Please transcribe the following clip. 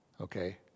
okay